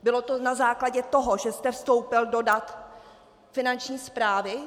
Bylo to na základě toho, že jste vstoupil do dat Finanční správy?